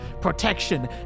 protection